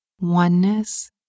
oneness